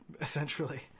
essentially